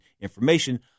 information